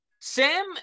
Sam